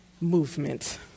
movement